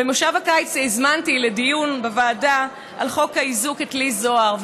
במושב הקיץ הזמנתי לדיון בוועדה על חוק האיזוק את לי זוהר,